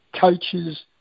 coaches